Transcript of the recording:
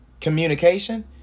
communication